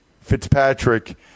Fitzpatrick